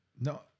No